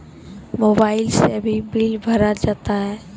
Mobile से भी bill भरा जाता हैं?